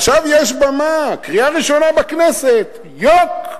עכשיו יש במה, קריאה ראשונה בכנסת, יוק,